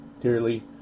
dearly